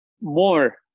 more